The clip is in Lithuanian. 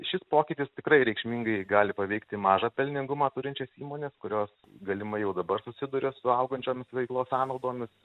šis pokytis tikrai reikšmingai gali paveikti mažą pelningumą turinčias įmones kurios galimai jau dabar susiduria su augančiomis veiklos sąnaudomis